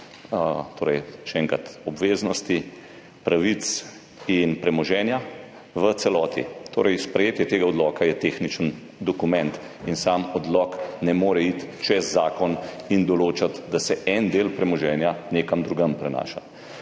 torej še enkrat, obveznosti, pravic in premoženja v celoti. Sprejetje tega odloka je tehničen dokument. In sam odlok ne more iti čez zakon in določati, da se en del premoženja nekam drugam prenaša.